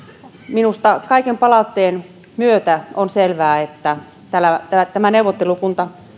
minusta kaiken palautteen myötä on selvää että tämä neuvottelukunta